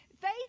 Faith